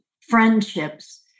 Friendships